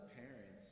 parents